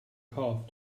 calf